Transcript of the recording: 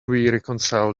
reconcile